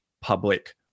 public